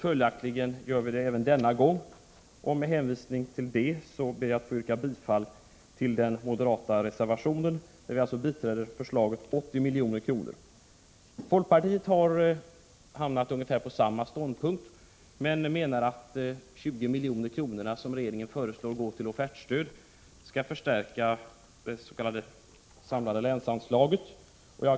Följaktligen gör vi det även denna gång. Med hänvisning till detta ber jag att få yrka bifall till den moderata reservationen, där vi biträder förslaget 80 milj.kr. Folkpartiet har hamnat ungefär på samma ståndpunkt men menar att de 20 miljoner som regeringen föreslår till offertstöd skall förstärka det s.k. samlade länsanslaget.